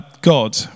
God